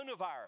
coronavirus